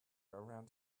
around